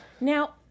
Now